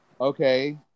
okay